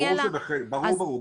ברור שצריך, ברור.